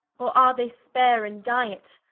or are they spare in diet,